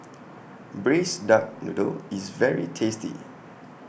Braised Duck Noodle IS very tasty